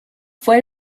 fue